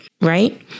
Right